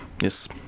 Yes